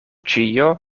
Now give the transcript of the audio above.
ĉio